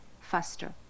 faster